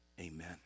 Amen